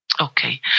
Okay